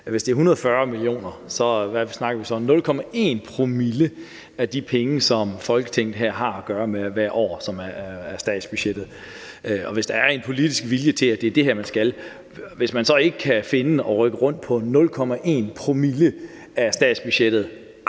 Hvis det er 140 mio. kr., snakker vi om 0,1 promille af de penge, som Folketinget her har at gøre med hvert år, altså som er statsbudgettet. Og hvis der er en politisk vilje til, at det er det her, man skal, og hvis man så ikke kan finde og rykke rundt på 0,1 promille af statsbudgettet,